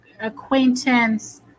acquaintance